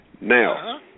Now